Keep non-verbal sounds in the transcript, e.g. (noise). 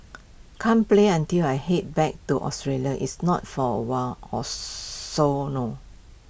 can't play until I Head back to Australia it's not for awhile (unintelligible) so no